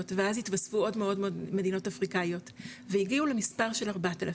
ואז התווספו עוד ועוד מדינות אפריקאיות והגיעו למספר של 4,000,